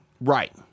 Right